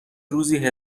روزی